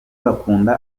bakunda